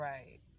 Right